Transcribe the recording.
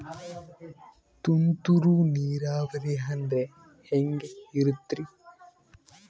ತುಂತುರು ನೇರಾವರಿ ಅಂದ್ರೆ ಹೆಂಗೆ ಇರುತ್ತರಿ?